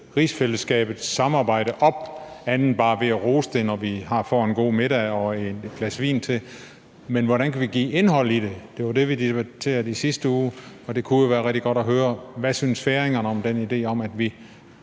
rigsfællesskabets samarbejde op ved andet end bare at rose det, når vi har får en god middag og et glas vin til? Hvordan kan vi give indhold i det? Det var det, vi debatterede i sidste uge, og det kunne jo være rigtig godt at høre, hvad færingerne synes om den idé om, at vi